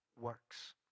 works